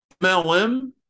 MLM